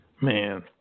Man